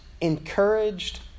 encouraged